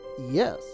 Yes